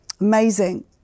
Amazing